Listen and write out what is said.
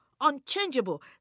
unchangeable